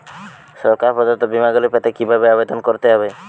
সরকার প্রদত্ত বিমা গুলি পেতে কিভাবে আবেদন করতে হবে?